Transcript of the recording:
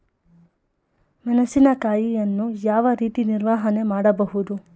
ಮೆಣಸಿನಕಾಯಿಯನ್ನು ಯಾವ ರೀತಿ ನಿರ್ವಹಣೆ ಮಾಡಬಹುದು?